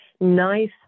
nice